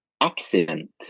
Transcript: accident